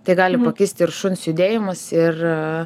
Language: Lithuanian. tai gali pakisti ir šuns judėjimas ir